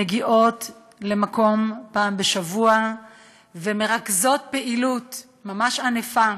מגיעות למקום פעם בשבוע ומרכזות פעילות ממש ענפה,